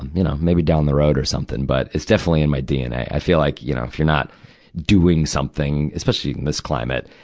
you know, maybe down the road or something, but it's definitely in my dna. i feel like, you know, if you're not doing something, especially in this climate,